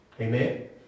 Amen